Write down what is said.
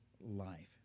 life